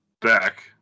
back